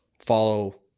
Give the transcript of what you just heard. follow